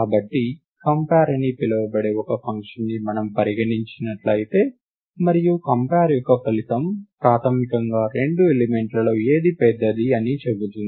కాబట్టి కంపేర్ అని పిలువబడే ఒక ఫంక్షన్ని మనం పరిగణించినట్లయితే మరియు కంపేర్ యొక్క ఫలితం ప్రాథమికంగా రెండు ఎలిమెంట్ల లో ఏది పెద్దది అని చెబుతుంది